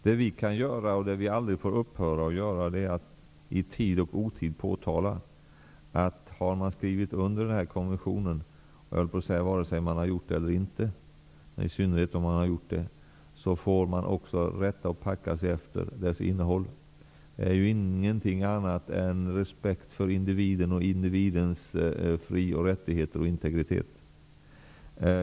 Det vi kan göra och aldrig får upphöra att göra är att i tid och otid påtala att den som har skrivit under den här konventionen också får rätta och packa sig efter dess innehåll. Den bör man rätta sig efter -- oavsett om man har skrivit under den eller inte. Det är ingenting annat än respekt för individen och individens fri och rättigheter och integritet.